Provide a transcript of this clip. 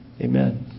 Amen